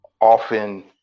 often